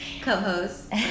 co-host